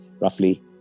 roughly